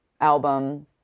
album